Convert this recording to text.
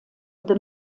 the